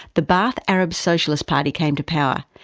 the ba'ath arab socialist party came to power.